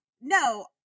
No